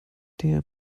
der